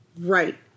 Right